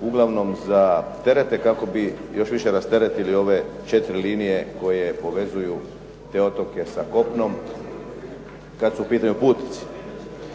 uglavnom za terete kako bi još više rasteretili ove 4 linije koje povezuju te otoke sa kopnom kad su u pitanju putnici.